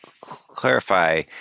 clarify